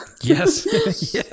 yes